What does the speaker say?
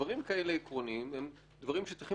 שדברים כאלה עקרוניים הם דברים שצריכים